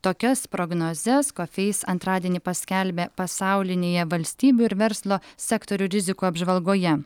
tokias prognozes coface antradienį paskelbė pasaulinėje valstybių ir verslo sektorių rizikų apžvalgoje